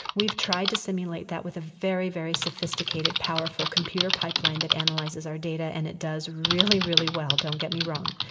we've tried to simulate that with a very, very sophisticated powerful computer pipeline that analyzes our data and it does really, really well. don't get me wrong.